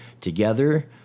together